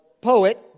poet